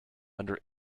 under